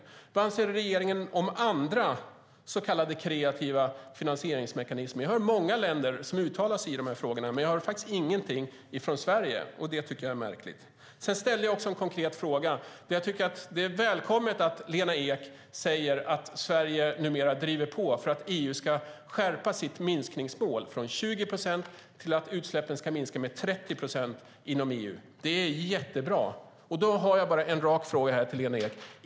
Och vad anser regeringen om andra så kallade kreativa finansieringsmekanismer? Jag hör många länder som uttalar sig i dessa frågor, men jag hör ingenting från Sverige. Det tycker jag är märkligt. Jag ställde också en konkret fråga. Jag tycker att det är välkommet att Lena Ek säger att Sverige numera driver på för att EU ska skärpa sitt minskningsmål från 20 procent till 30 procent inom unionen. Det är jättebra. Jag har bara en rak fråga till Lena Ek.